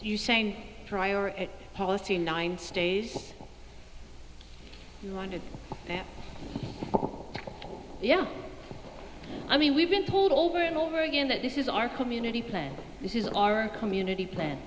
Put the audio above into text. you saying it policy nine stays on it yeah i mean we've been told over and over again that this is our community plan this is our community plan